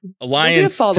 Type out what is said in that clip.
Alliance